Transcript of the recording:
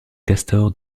castors